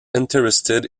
interested